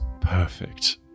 perfect